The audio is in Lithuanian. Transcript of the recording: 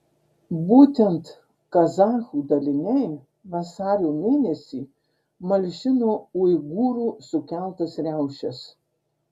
būtent kazachų daliniai vasario mėnesį malšino uigūrų sukeltas riaušes